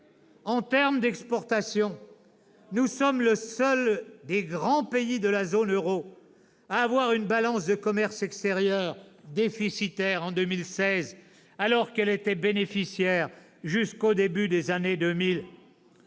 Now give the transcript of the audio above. En termes d'exportations, nous sommes le seul des grands pays de la zone euro à avoir eu une balance du commerce extérieur déficitaire en 2016, alors qu'elle était bénéficiaire jusqu'au début des années 2000.